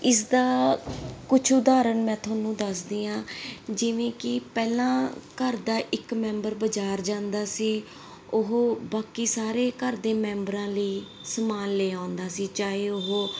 ਇਸ ਦਾ ਕੁਛ ਉਦਾਹਰਨ ਮੈਂ ਤੁਹਾਨੂੰ ਦੱਸਦੀ ਹਾਂ ਜਿਵੇਂ ਕਿ ਪਹਿਲਾਂ ਘਰ ਦਾ ਇੱਕ ਮੈਂਬਰ ਬਾਜ਼ਾਰ ਜਾਂਦਾ ਸੀ ਉਹ ਬਾਕੀ ਸਾਰੇ ਘਰ ਦੇ ਮੈਂਬਰਾਂ ਲਈ ਸਮਾਨ ਲੈ ਆਉਂਦਾ ਸੀ ਚਾਹੇ ਉਹ